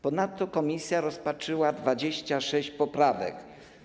Ponadto komisja rozpatrzyła 26 poprawek.